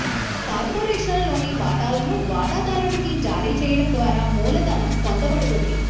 కార్పొరేషన్లోని వాటాలను వాటాదారునికి జారీ చేయడం ద్వారా మూలధనం పొందబడుతుంది